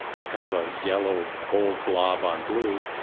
it's kind of a yellow-gold blob on blue,